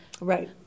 Right